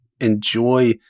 enjoy